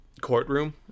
courtroom